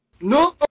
No